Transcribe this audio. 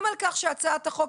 גם על כך שהצעת החוק,